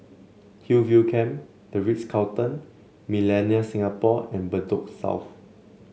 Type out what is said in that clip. Hillview Camp The Ritz Carlton Millenia Singapore and Bedok South